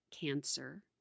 cancer